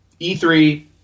E3